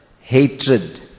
hatred